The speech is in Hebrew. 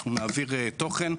אנחנו נעביר תוכן.